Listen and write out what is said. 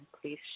please